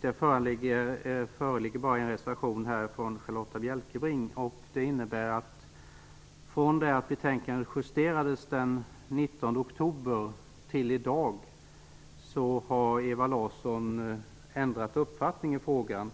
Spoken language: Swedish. Det föreligger endast en reservation från Charlotta L. Bjälkebring. Det innebär att från det att betänkandet justerades den 19 oktober till i dag har Ewa Larsson ändrat uppfattning i frågan.